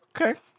Okay